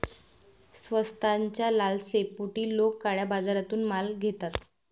स्वस्ताच्या लालसेपोटी लोक काळ्या बाजारातून माल घेतात